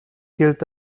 gilt